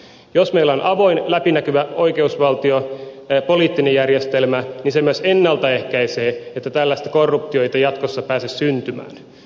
jos meillä on avoin läpinäkyvä oikeusvaltio poliittinen järjestelmä niin se myös ennalta ehkäisee ettei tällaista korruptiota jatkossa pääse syntymään